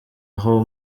aho